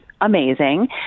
amazing